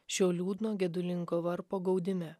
šio liūdno gedulingo varpo gaudime